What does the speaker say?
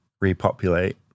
repopulate